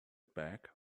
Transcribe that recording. back